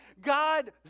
God